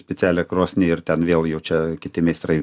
specialią krosnį ir ten vėl jau čia kiti meistrai